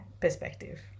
perspective